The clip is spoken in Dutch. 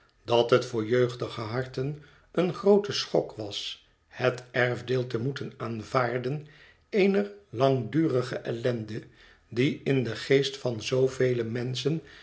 dat het voor jeugdige harten een groote schok was het erfdeel te moeten aanvaarden eener langdurige ellende die in den geest van zoovele menschen